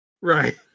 Right